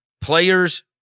players